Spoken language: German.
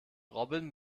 robin